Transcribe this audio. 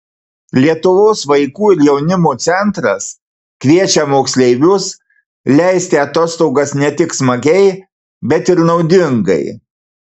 lietuvos vaikų ir jaunimo centras kviečia moksleivius leisti atostogas ne tik smagiai bet ir naudingai